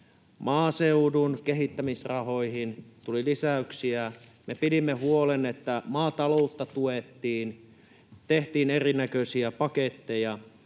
Maaseudun kehittämisrahoihin tuli lisäyksiä. Me pidimme huolen, että maataloutta tuettiin, tehtiin erinäköisiä paketteja.